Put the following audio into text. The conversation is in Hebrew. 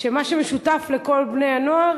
ומה שמשותף לכל בני-הנוער